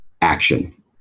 action